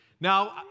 Now